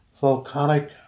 volcanic